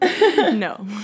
No